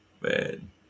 man